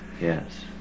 yes